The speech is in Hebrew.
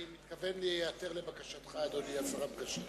אני מתכוון להיעתר לבקשתך, אדוני השר המקשר.